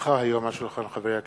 הונחה היום על שולחן הכנסת,